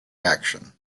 action